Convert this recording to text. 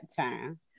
time